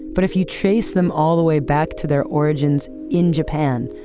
but if you trace them all the way back to their origins in japan,